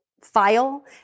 file